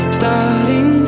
starting